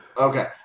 Okay